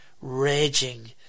raging